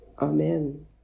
Amen